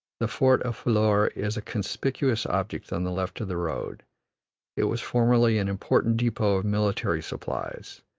the fort of phillour is a conspicuous object on the left of the road it was formerly an important depot of military supplies,